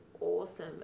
awesome